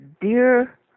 dear